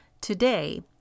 Today